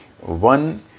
one